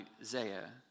Isaiah